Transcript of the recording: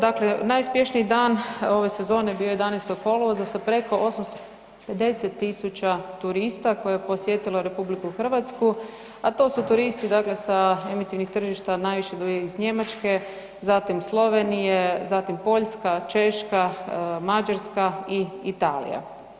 Dakle, najuspješniji dan ove sezone bio je 11. kolovoza sa preko 10.000 turista koje je posjetilo RH, a to su turisti sa emitivnih tržišta najviše iz Njemačke, zatim Slovenije, Poljska, Češka, Mađarska i Italija.